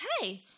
hey